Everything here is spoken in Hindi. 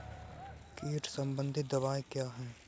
कीट संबंधित दवाएँ क्या हैं?